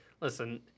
listen